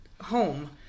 home